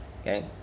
Okay